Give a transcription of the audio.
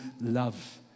love